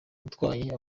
utwaye